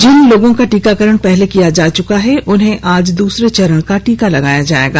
जिन लोगों का टीकाकरण पहले किया जा चुका है उन्हें आज दूसरे चरण का टीका लगाया जाएगा